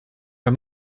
are